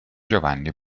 giovanni